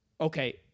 okay